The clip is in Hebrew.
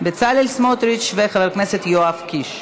בצלאל סמוטריץ וחבר הכנסת יואב קיש.